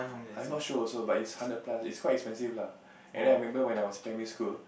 I'm not sure also but is hundred plus it's quite expensive lah and then I remember when I in primary school